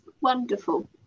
wonderful